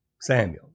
Samuel